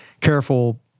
careful